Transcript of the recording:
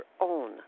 own